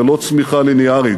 זה לא צמיחה לינארית.